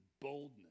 boldness